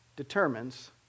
determines